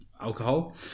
alcohol